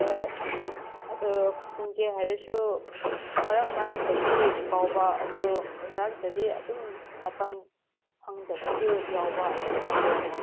ꯍꯣꯏ ꯑꯗꯣ ꯈꯨꯝꯒꯦ ꯍꯥꯏꯔꯁꯨ ꯃꯔꯛ ꯃꯔꯛꯇꯗꯤ ꯀꯥꯎꯕ ꯑꯗꯣ ꯃꯔꯛꯇꯗꯤ ꯑꯗꯨꯝ ꯃꯇꯝ ꯐꯪꯗꯕꯁꯨ ꯌꯥꯎꯕ ꯑꯗꯨꯝ ꯇꯧꯔꯦꯅꯦ